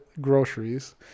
groceries